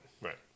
Right